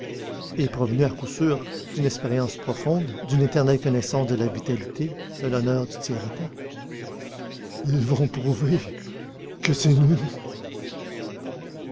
et provenue à coup sûr d'une expérience profonde d'une éternelle connaissance de la vitalité de l'honneur du tiers-état ils vont prouver que c'est